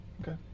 Okay